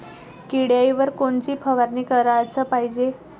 किड्याइवर कोनची फवारनी कराच पायजे?